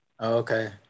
Okay